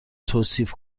توصیف